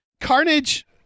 Carnage